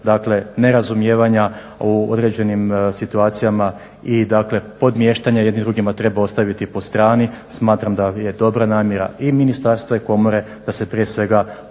dakle nerazumijevanja u određenim situacijama i podmještanja jedni drugima treba ostaviti po strani. Smatram da je dobra namjera i Ministarstva i komore da se prije svega pomogne